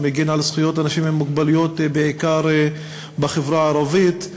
שמגן על זכויות אנשים עם מוגבלויות בעיקר בחברה הערבית,